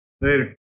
Later